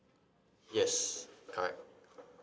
yes correct